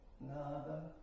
nada